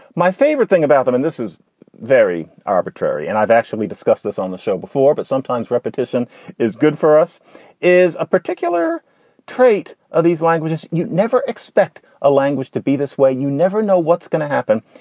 my favorite thing about them, and this is very arbitrary and i've actually discussed this on the show before, but sometimes repetition is good for us is a particular trait of these languages. you never expect a language to be this way. you never know what's gonna happen.